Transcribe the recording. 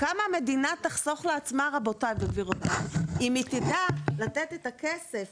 המדינה תחסוך לעצמה אם היא תדע לתת את הכסף